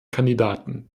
kandidaten